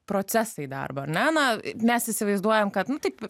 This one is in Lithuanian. procesai darbo ar ne na mes įsivaizduojam kad nu taip